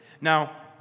Now